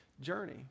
journey